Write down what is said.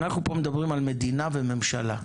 אנחנו פה מדברים על מדינה וממשלה,